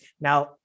now